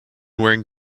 wearing